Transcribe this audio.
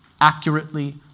accurately